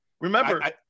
remember